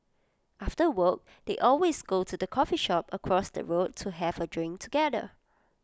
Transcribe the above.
after work they always go to the coffee shop across the road to have A drink together